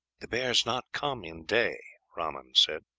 the bears not come in day rahman said.